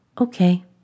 Okay